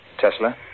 Tesla